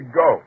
go